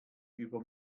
über